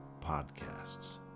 Podcasts